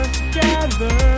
together